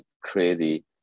crazy